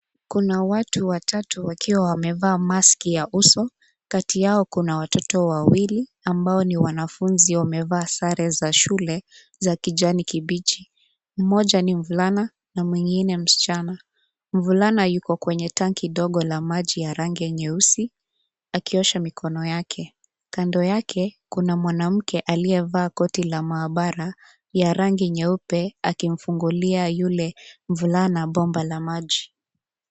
Kuna watu watatu wakiwa wamevaa maski ya uso. Kati yao kuna watoto wawili ambao ni wanafunzi wamevaa sare za shule za kijani kibichi. Mmoja ni mvulana na mwigine msichana. Mvulana yuko kwenye tanki ndogo la maji ya rangi nyeusi akiosha mikono yake. Kando yake kuna mwanamke aliyevaa koti la maabara ya rangi nyeupe akimfungulia yule mvulana bomba la maji.